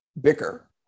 Bicker